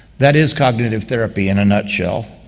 that is cognitive therapy in a nutshell.